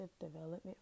development